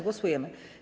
Głosujemy.